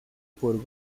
por